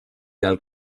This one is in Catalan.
del